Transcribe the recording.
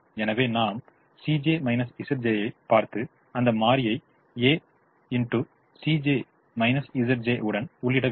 எனவே நாம் ஐப் பார்த்து அந்த மாறியை a Cj Zj உடன் உள்ளிட வேண்டும்